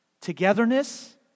Togetherness